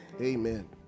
Amen